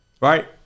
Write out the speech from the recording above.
Right